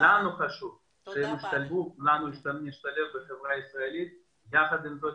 לנו חשוב שהם ישתלבו בחברה הישראלית ויחד עם זאת